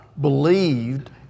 believed